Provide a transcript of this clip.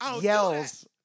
yells